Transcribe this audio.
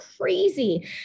crazy